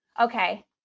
Okay